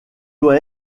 doit